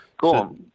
Cool